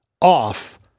off